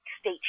state